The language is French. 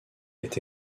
été